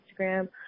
Instagram